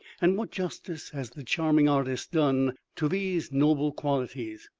and what justice has the charming artist done to these noble qualities!